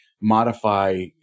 modify